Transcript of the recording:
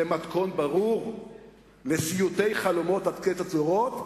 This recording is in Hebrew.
זה מתכון ברור לסיוטי חלומות עד קץ הדורות,